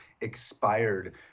expired